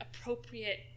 appropriate